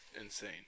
insane